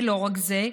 ולא רק זה,